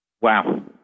Wow